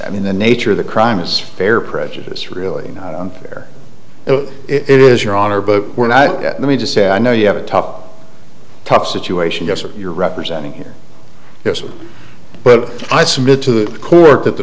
i mean the nature of the crime is fair prejudice really unfair it is your honor but we're not let me just say i know you have a tough tough situation yes or you're representing here yes but i submit to the court that the